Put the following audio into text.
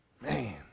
man